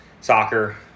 Soccer